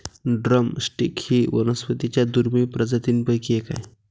drum stick ही वनस्पतीं च्या दुर्मिळ प्रजातींपैकी एक आहे